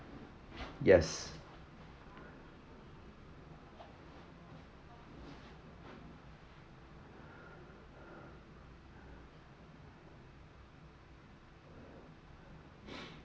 yes